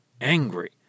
angry